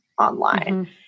online